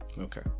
Okay